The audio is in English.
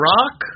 Rock